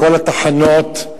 בכל התחנות,